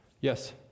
Yes